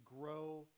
grow